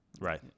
right